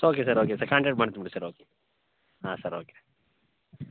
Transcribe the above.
it's okay sir okay sir contact ಮಾಡ್ತೀನಿ ಬಿಡಿ sir okay sir ಹಾಂ ಸರ್ ಓಕೆ